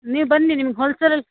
ಹ್ಞೂ ನೀವು ಬನ್ನಿ ಹೋಲ್ಸೇಲಲ್ಲಿ